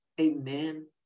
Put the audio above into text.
Amen